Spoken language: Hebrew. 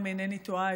אם אינני טועה,